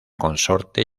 consorte